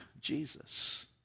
Jesus